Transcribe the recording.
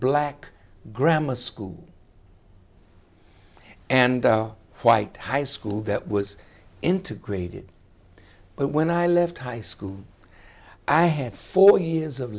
black grammar school and white house school that was integrated but when i left high school i had four years of